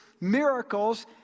miracles